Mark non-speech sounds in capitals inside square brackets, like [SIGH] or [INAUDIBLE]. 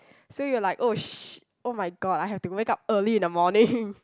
so you're like oh sh~ !oh-my-god! I have to wake up early in the morning [LAUGHS]